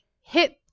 hit